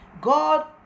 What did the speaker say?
God